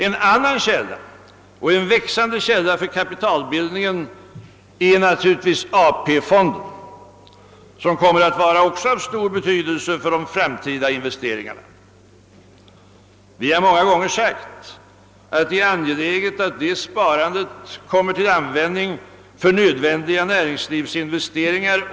En annan och växande källa för kapitalbildningen är naturligtvis AP-fonderna, som också kommer att ha stor betydelse för de framtida investeringarna. Vi har många gånger sagt, att det är angeläget att detta sparande kommer till användning för nödvändiga närings livsinvesteringar.